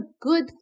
good